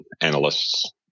analysts